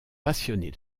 passionnée